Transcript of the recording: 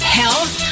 health